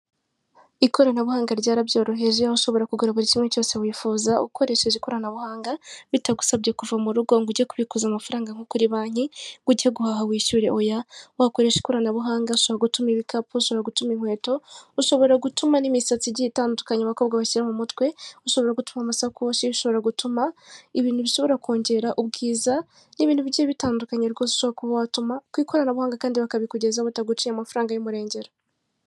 Abahagarariye emutiyeni hirya no hino mu gihugu, baba bafite aho babarizwa bagaragaza ibirango by'iryo shami bakorera rya emutiyeni, bakagira ibyapa bamanika kugira ngo bigaragaze igiciro umuntu acibwa agiye kohererereza undi amafaranga kandi bakagira n'ikayi bandikamo umwirondoro w'uwaje abagana.